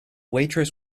waitress